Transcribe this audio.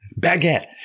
baguette